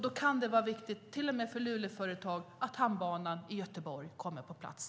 Då kan det vara viktigt till och med för luleföretag att Hamnbanan i Göteborg kommer på plats.